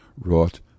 wrought